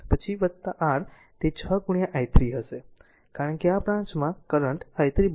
પછી r તે 6 i i3 હશે કારણ કે આ બ્રાંચ માં કરંટ i3 0 છે